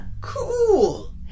Cool